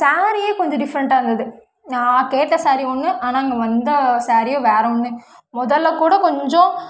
ஸேரீயே கொஞ்சம் டிஃப்ரண்டாக இருந்தது நான் கேட்டே ஸேரீ ஒன்று ஆனால் அங்கே வந்த ஸேரீயே வேறு ஒன்று முதல்ல கூட கொஞ்சம்